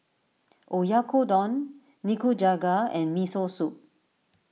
Oyakodon Nikujaga and Miso Soup